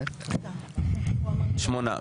שמונה.